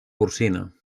porcina